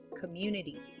community